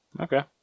Okay